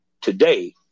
today